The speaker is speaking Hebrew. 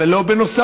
אבל לא בנוסף?